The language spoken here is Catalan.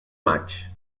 maig